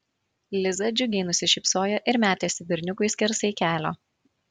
liza džiugiai nusišypsojo ir metėsi berniukui skersai kelio